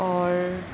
اور